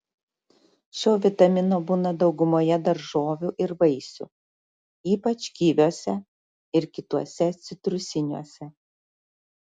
šio vitamino būna daugumoje daržovių ir vaisių ypač kiviuose ir kituose citrusiniuose